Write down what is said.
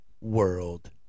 world